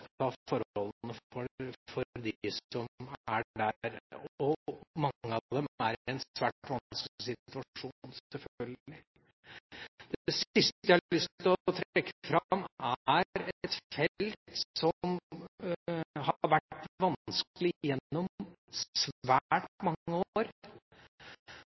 forholdene for dem som er der. Mange av dem er i en svært vanskelig situasjon, selvfølgelig. Det siste jeg har lyst til å trekke fram, er et felt som har vært vanskelig gjennom svært mange år,